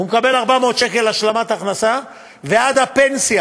והוא מקבל 400 שקל השלמת הכנסה, ועד הפנסיה